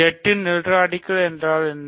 Z இன் நில்ராடிகல் என்ன